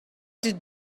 did